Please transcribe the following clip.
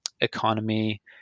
economy